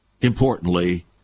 importantly